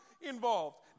involved